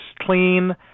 clean